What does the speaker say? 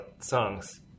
songs